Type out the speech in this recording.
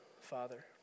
Father